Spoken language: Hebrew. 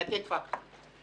לתת פקטור.